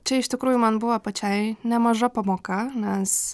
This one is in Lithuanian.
čia iš tikrųjų man buvo pačiai nemaža pamoka nes